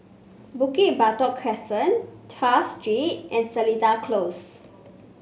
Bukit Batok Crescent Tras Street and Seletar Close